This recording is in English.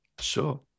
Sure